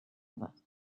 other